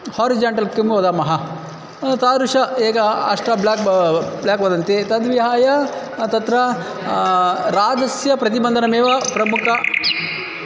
horizontal किं वदामः तादृशं एकं अष्ट ब्लाक् ब्लाक् वदन्ति तद्विहाय तत्र राजस्य प्रतिबन्धनमेव प्रमुखं